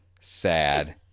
sad